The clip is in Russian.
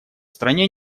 стране